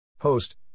host